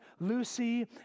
Lucy